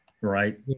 Right